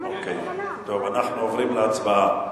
אנחנו עוברים להצבעה,